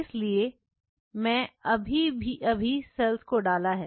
इसलिए मैंने अभी अभी सेल्स को डाला है